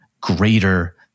greater